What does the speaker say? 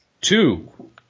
Two